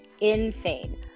insane